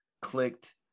clicked